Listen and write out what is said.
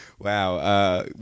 Wow